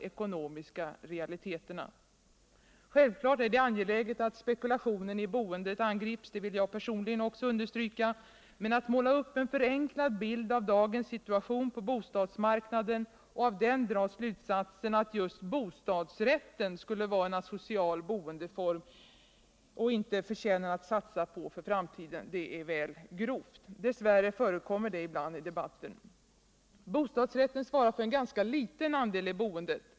ekonomiska realiteterna. Självklart är det angeläget att spekulationen i boendet angrips — det vill jag personligen också understryka - men att måla upp en förenklad bild av dagens situation på bostadsmarknaden och av den dra slutsatsen att just bostadsrätten skulle vara en asocial boendeform och att den inte förtjänar att satsa på för framtiden är väl grovt. Dess värre förekommer det ibland i debatten. Bostadsrätten svarar för en ganska liten andel i boendet.